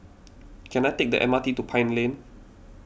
can I take the M R T to Pine Lane